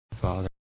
Father